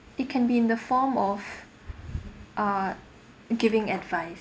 it can be in the form of uh giving advice